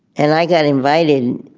and i got invited